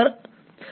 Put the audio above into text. વિદ્યાર્થી